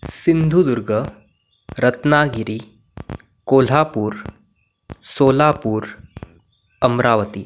Sindhudurg Ratnagiri Kolhapur Solapur Amravati